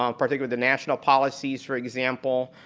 um particularly the national policies for example.